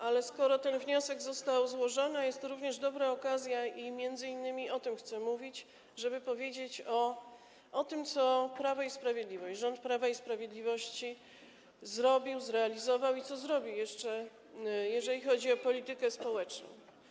Ale skoro ten wniosek został złożony, jest to dobra okazja, i m.in. o tym chcę mówić, żeby powiedzieć o tym, co Prawo i Sprawiedliwość, rząd Prawa i Sprawiedliwości zrobił, zrealizował i co jeszcze zrobi, jeżeli chodzi o politykę społeczną.